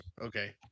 okay